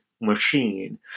machine